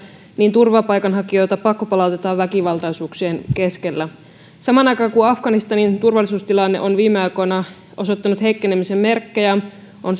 turvapaikanhakijoita pakkopalautetaan väkivaltaisuuksien keskelle samaan aikaan kun afganistanin turvallisuustilanne on viime aikoina osoittanut heikkenemisen merkkejä on